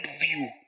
view